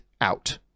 out